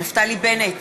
נפתלי בנט,